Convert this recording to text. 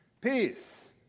Peace